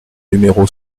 numéro